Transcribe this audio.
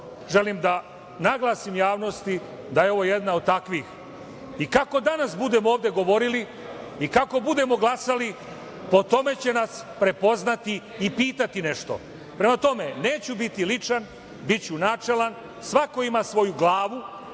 želim da naglasim javnosti da je ovo jedna od takvih, i kako danas budemo ovde govorili i kako budemo glasali, po tome će nas prepoznati i pitati nešto. Prema tome, neću biti ličan, biću načelan, svako ima svoju glavu,